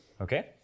Okay